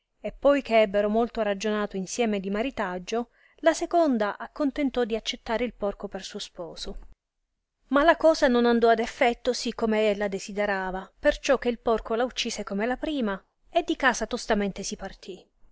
e poi che ebbero molto ragionato insieme di maritaggio la seconda accontentò di accettare il porco per suo sposo ma la cosa non andò ad effetto sì come ella desiderava perciò che il porco la uccise come la prima e di casa tostamente si partì